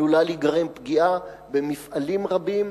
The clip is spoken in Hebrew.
עלולה להיגרם פגיעה במפעלים רבים,